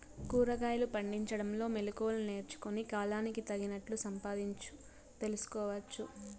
కూరగాయలు పండించడంలో మెళకువలు నేర్చుకుని, కాలానికి తగినట్లు సంపాదించు తెలుసుకోవచ్చు